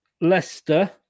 Leicester